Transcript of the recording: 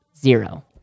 Zero